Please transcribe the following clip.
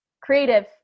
creative